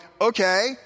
Okay